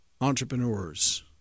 entrepreneurs